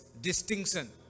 distinction